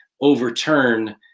overturn